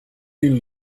you